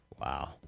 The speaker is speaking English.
Wow